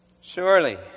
Surely